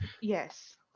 Yes